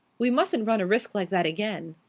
we mustn't run a risk like that again.